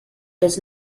does